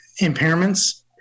impairments